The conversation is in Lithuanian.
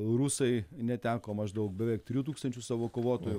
rusai neteko maždaug beveik trijų tūkstančių savo kovotojų